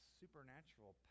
supernatural